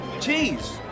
Cheese